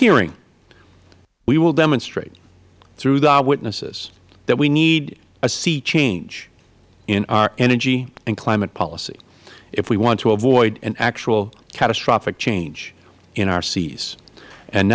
hearing we will demonstrate through our witnesses that we need a sea change in our energy and climate policy if we want to avoid an actual catastrophic change in our seas and